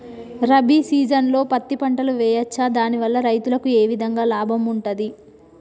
రబీ సీజన్లో పత్తి పంటలు వేయచ్చా దాని వల్ల రైతులకు ఏ విధంగా లాభం ఉంటది?